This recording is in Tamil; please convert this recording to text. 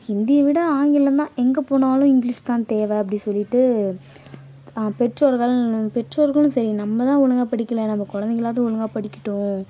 ஹிந்தியை விட ஆங்கிலம் தான் எங்கே போனாலும் இங்கிலிஷ் தான் தேவை அப்படி சொல்லிவிட்டு பெற்றோர்கள்னு பெற்றோர்களும் சரி நம்ம தான் ஒழுங்காக படிக்கல நம்ம குழந்தைங்களாவுது ஒழுங்காக படிக்கட்டும்